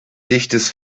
dichtes